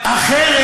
אחרת,